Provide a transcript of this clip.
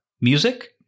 music